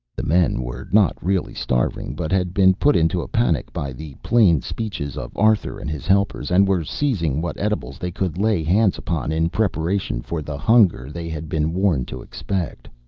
the men were not really starving, but had been put into a panic by the plain speeches of arthur and his helpers, and were seizing what edibles they could lay hands upon in preparation for the hunger they had been warned to expect.